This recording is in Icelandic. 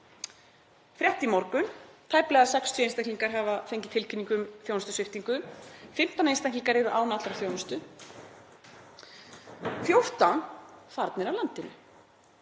Frétt í morgun: Tæplega 60 einstaklingar hafa fengið tilkynningu um þjónustusviptingu. 15 einstaklingar eru án allrar þjónustu. 14 eru farnir af landinu.